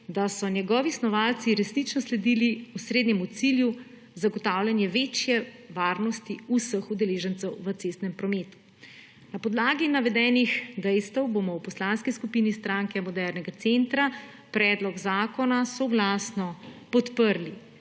da so njegovi snovalci resnično sledili osrednjemu cilju, zagotavljanju večje varnosti vseh udeležencev v cestnem prometu. Na podlagi navedenih dejstev bomo v poslanski skupini Stranke modernega centra predlog zakona soglasno podprli.